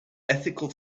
ethical